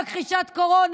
מכחישת קורונה,